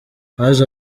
haje